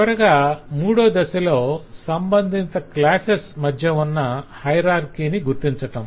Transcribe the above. చివరగా మూడో దశలో సంబంధిత క్లాస్సేస్ మధ్య ఉన్న హయరార్కిని గుర్తించటం